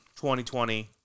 2020